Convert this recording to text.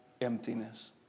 emptiness